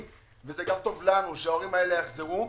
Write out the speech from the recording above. וזה גם טוב לנו שההורים האלה יחזרו לעבוד,